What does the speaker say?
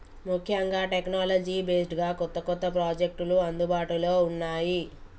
ముఖ్యంగా technology based గా కొత్త కొత్త ప్రాజెక్టులు అందుబాటులో ఉన్నాయి